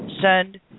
send